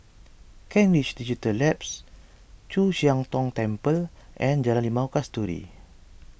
Kent Ridge Digital Labs Chu Siang Tong Temple and Jalan Limau Kasturi